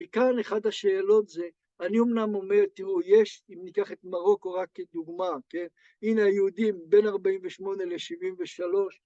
וכאן אחת השאלות זה, אני אמנם אומר תראו, אם ניקח את מרוקו רק כדוגמה, כן, הנה היהודים בין ארבעים ושמונה לשבעים ושלוש